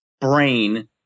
brain